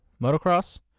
motocross